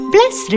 Bless